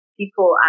people